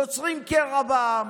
יוצרים קרע בעם,